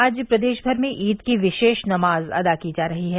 आज प्रदेश भर में ईद की विशेष नमाज अदा की जा रही है